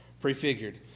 prefigured